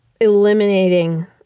eliminating